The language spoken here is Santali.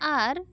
ᱟᱨ